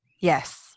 Yes